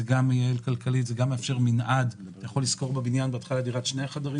זה כי זה ייעל כלכלית וגם יאפשר לך לשכור בבניין דירת שני חדשים